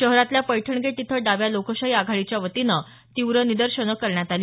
शहरातल्या पैठण गेट इथं डाव्या लोकशाही आघाडीच्यावतीनं तीव्र निदर्शनं करण्यात आली